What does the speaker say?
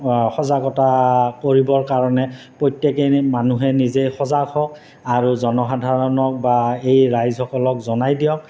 সজাগতা কৰিবৰ কাৰণে প্ৰত্যেকেই মানুহে নিজেই সজাগ হওক আৰু জনসাধাৰণক বা এই ৰাইজসকলক জনাই দিয়ক